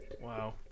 Wow